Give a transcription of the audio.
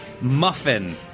Muffin